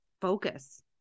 focus